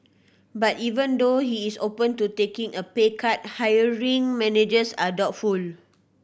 but even though he is open to taking a pay cut hiring managers are doubtful